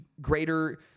greater